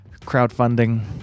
crowdfunding